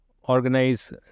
organize